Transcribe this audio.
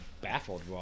baffled